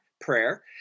prayer